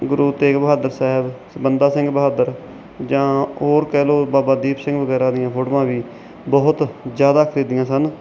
ਗੁਰੂ ਤੇਗ ਬਹਾਦਰ ਸਾਹਿਬ ਬੰਦਾ ਸਿੰਘ ਬਹਾਦਰ ਜਾਂ ਹੋਰ ਕਹਿ ਲਓ ਬਾਬਾ ਦੀਪ ਸਿੰਘ ਵਗੈਰਾ ਦੀਆਂ ਫੋਟੋਆਂ ਵੀ ਬਹੁਤ ਜ਼ਿਆਦਾ ਖਰੀਦੀਆਂ ਸਨ